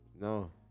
No